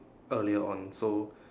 earlier on so